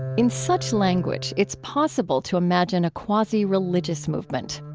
in such language, it's possible to imagine a quasi-religious movement.